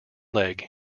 leg